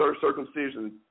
circumcision